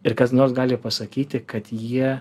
ir kas nors gali pasakyti kad jie